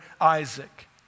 Isaac